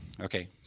Okay